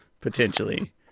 potentially